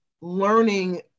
learning